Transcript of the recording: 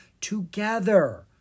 together